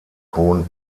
hohen